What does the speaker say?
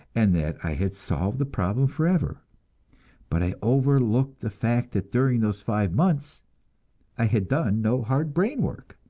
and that i had solved the problem forever but i overlooked the fact that during those five months i had done no hard brain work,